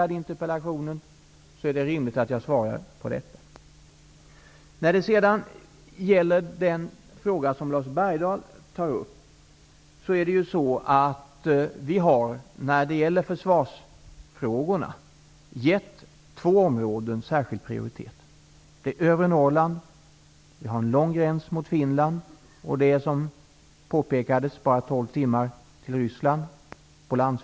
Det är rimligt att jag svarar på frågan såsom den var formulerad i interpellationen. När det gäller försvarsfrågorna, Leif Bergdahl, har vi gett två områden särskild prioritet. Det gäller övre Norrland. Vi har en lång gräns mot Finland. Det är, såsom det har påpekats här, bara tolv timmars resa med bil på landsväg till Ryssland.